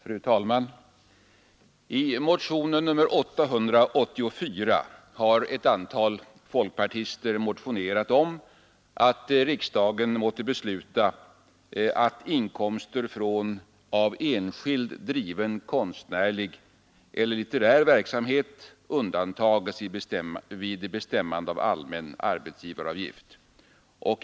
Fru talman! I motionen 884 har ett antal folkpartister hemställt ”att riksdagen beslutar att inkomster från av enskild driven konstnärlig eller litterär verksamhet undantas vid bestämmande av allmän arbetsgivaravgift”.